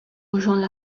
rejoindre